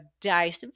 dice